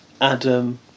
Adam